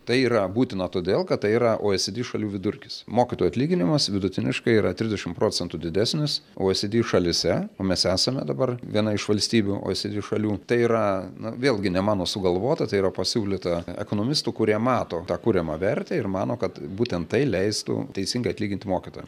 tai yra būtina todėl kad tai yra o e si di šalių vidurkis mokytojo atlyginimas vidutiniškai yra trisdešimt procentų didesnis o e si di šalyse o mes esame dabar viena iš valstybių o e si di šalių tai yra na vėlgi ne mano sugalvota tai yra pasiūlyta ekonomistų kurie mato tą kuriamą vertę ir mano kad būtent tai leistų teisingai atlyginti mokytojam